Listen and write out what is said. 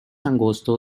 angosto